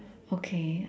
okay